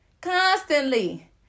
Constantly